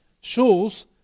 shows